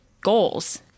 goals